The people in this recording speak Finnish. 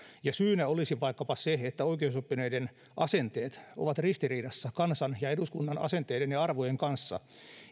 ja syynä olisi vaikkapa se että oikeusoppineiden asenteet ovat ristiriidassa kansan ja eduskunnan asenteiden ja arvojen kanssa